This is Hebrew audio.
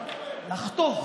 אחת.